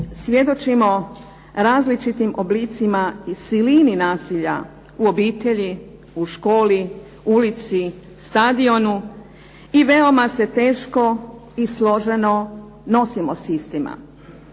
svjedočimo različitim oblicima i silini nasilja u obitelji, u školi, u ulici, stadionu i veoma se teško i složeno nosimo s istima.